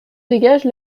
dégage